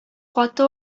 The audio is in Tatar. каты